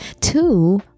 two